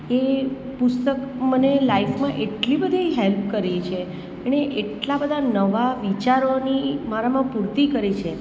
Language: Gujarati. એ પુસ્તક મને લાઈફમાં એટલી બધી હેલ્પ કરી છે એણે એટલા બધા નવા વિચારોની મારામાં પૂર્તિ કરી છે